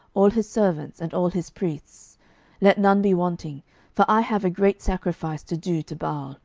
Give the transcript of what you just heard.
all his servants, and all his priests let none be wanting for i have a great sacrifice to do to baal